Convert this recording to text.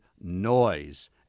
noise